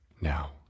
Now